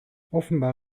offenbar